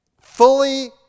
fully